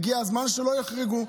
הגיע הזמן שהם לא יוחרגו.